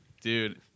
Dude